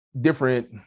different